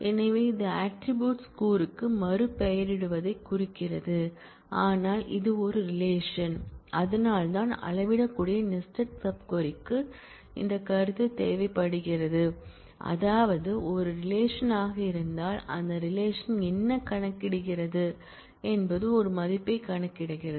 எனவே இது ஆட்ரிபூட்ஸ் க்கூறுக்கு மறுபெயரிடுவதைக் குறிக்கிறது ஆனால் இது ஒரு ரிலேஷன் அதனால்தான் அளவிடக்கூடிய நெஸ்டட் சப் க்வரி க்கு இந்த கருத்து தேவைப்படுகிறது அதாவது இது ஒரு ரிலேஷன் ஆக இருந்தாலும் அந்த ரிலேஷன் என்ன கணக்கிடுகிறது என்பது ஒரு மதிப்பைக் கணக்கிடுகிறது